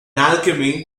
alchemy